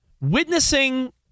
witnessing